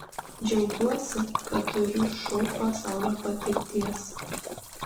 džiaugiuosi kad turiu šou pasaulio patirties